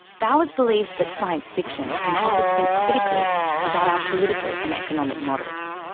bowers believes that science fiction can help us think critically about our political and economic models.